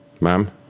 Ma'am